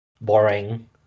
boring